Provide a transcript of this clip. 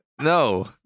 no